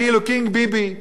כוחי ועוצם ידי,